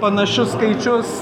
panašius skaičius